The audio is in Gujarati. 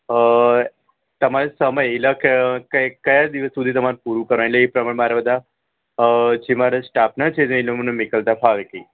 અ તમારે સમય એટલે કે કયા દિવસ સુધીમાં તમારે પૂરું કરવાનું એટલ એ પ્રમાણે મારે બધા જે મારે સ્ટાફને છે એ લોકોને નીકળતાં ફાવે અહીંથી